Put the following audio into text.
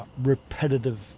repetitive